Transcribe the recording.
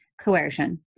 coercion